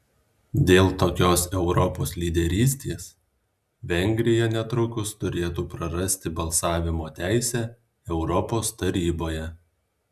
dėl tokios europos lyderystės vengrija netrukus turėtų prarasti balsavimo teisę europos taryboje